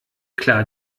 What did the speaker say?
klar